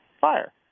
fire